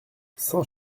saint